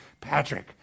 Patrick